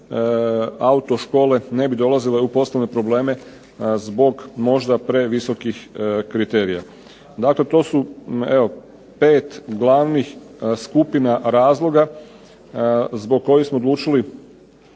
autoškole ne bi dolazile u poslovne probleme zbog možda previsokih kriterija. Dakle to su evo pet glavnih skupina razloga zbog kojih smo odlučili